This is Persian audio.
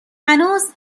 هنوز